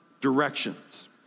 directions